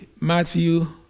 Matthew